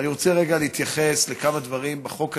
אני רוצה רגע להתייחס לכמה דברים בחוק הזה,